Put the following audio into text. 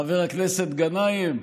חבר הכנסת גנאים,